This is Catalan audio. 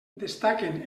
destaquen